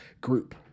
group